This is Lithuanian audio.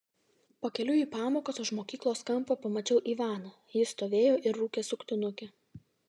pakeliui į pamokas už mokyklos kampo pamačiau ivaną jis stovėjo ir rūkė suktinukę